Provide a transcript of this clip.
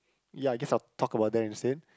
ya I guess I will talk about that instead